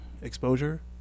exposure